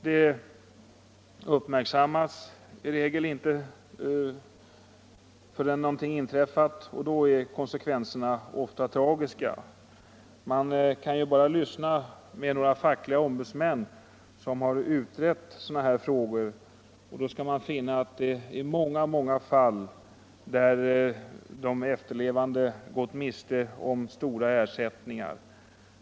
Detta uppmärksammas i regel inte förrän någonting har inträffat, och då blir konsekvenserna ofta tragiska. Man kan bara höra med några fackliga ombudsmän som har utrett sådana här frågor. Då skall man finna att det är många fall där de efterlevande gått miste om stora ersättningar.